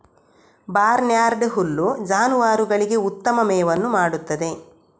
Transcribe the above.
barnyard ಹುಲ್ಲು ಜಾನುವಾರುಗಳಿಗೆ ಉತ್ತಮ ಮೇವನ್ನು ಮಾಡುತ್ತದೆ